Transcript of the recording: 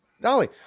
Dolly